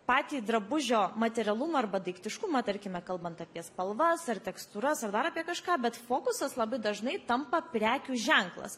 patį drabužio materialumą arba daiktiškumą tarkime kalbant apie spalvas ar tekstūras ar dar apie kažką bet fokusas labai dažnai tampa prekių ženklas